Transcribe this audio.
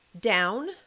down